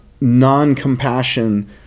non-compassion